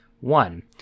one